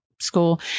school